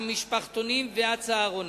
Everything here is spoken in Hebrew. המשפחתונים והצהרונים.